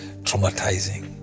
traumatizing